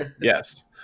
yes